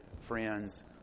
friends